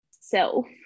self